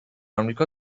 آمریکا